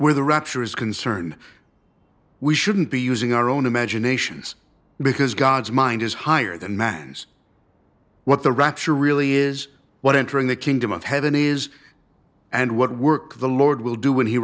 were the rapture is concern we shouldn't be using our own imaginations because god's mind is higher than man's what the rapture really is what entering the kingdom of heaven is and what work the lord will do when he